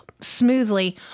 smoothly